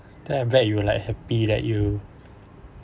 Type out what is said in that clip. then after that you like happy that you